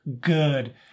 good